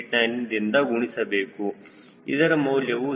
689 ದಿಂದ ಗುಣಿಸಬೇಕು ಇದರ ಮೌಲ್ಯವು ಸರಿಸುಮಾರು 0